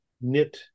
knit